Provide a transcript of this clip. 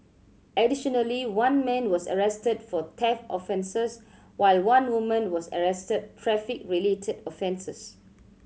additionally one man was arrested for theft offences while one woman was arrested traffic related offences